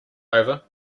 over